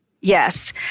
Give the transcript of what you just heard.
Yes